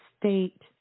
state